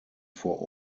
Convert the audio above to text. vor